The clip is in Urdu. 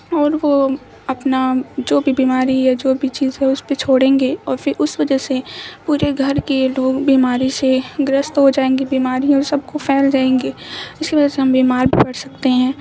اور وہ اپنا جو بھی بیماری ہے جو بھی چیز ہے اس پہ چھوڑیں گے اور پھر اس وجہ سے پورے گھر کے لوگ بیماری سے گرست ہو جائیں گے بیماریاں سب کو پھیل جائیں گی جس کی وجہ سے ہم بیمار پڑ سکتے ہیں